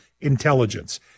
intelligence